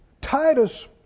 Titus